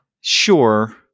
Sure